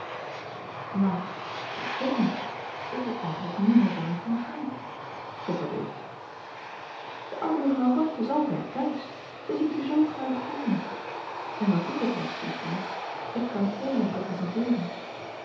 maar ik weet niet ik heb eigenlijk niemand waar ik kan gaan stotterde ik de oude mevrouw ward is altijd thuis zij ziet u zoo graag komen en wat u betreft gustaaf ik kan thee laten presenteeren